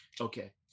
Okay